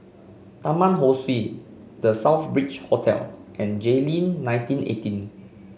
Taman Ho Swee The Southbridge Hotel and Jayleen nineteen eighteen